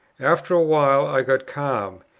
after a while, i got calm,